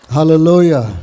Hallelujah